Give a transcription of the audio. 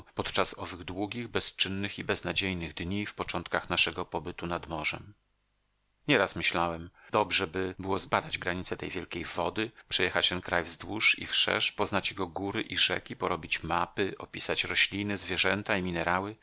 podczas owych długich bezczynnych i beznadziejnych dni w początkach naszego pobytu nad morzem nieraz myślałem dobrzeby było zbadać granice tej wielkiej wody przejechać ten kraj wzdłuż i wszerz poznać jego góry i rzeki porobić mapy opisać rośliny zwierzęta i minerały